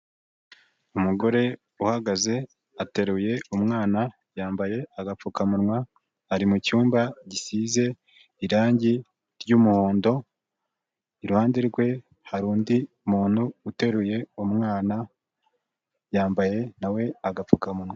Umugore uhagaze ateruye umwana, yambaye agapfukamunwa, ari mu cyumba gisize irangi ry'umuhondo, iruhande rwe hari undi muntu uteruye umwana, yambaye na we agapfukamunwa.